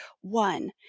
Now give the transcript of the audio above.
one